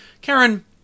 Karen